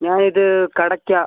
ഞാൻ ഇത് കടക്ക